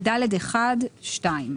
ב-(ד1)(2).